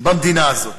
במדינה הזאת?